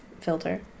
filter